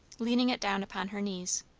leaning it down upon her knees.